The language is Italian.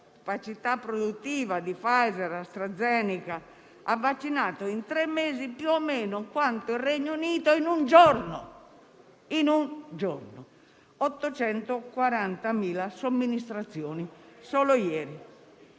capacità produttiva di Pfizer e AstraZeneca, ha vaccinato, in tre mesi, più o meno quanto il Regno Unito in un giorno: 840.000 somministrazioni solo ieri.